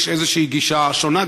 יש איזו גישה שונה,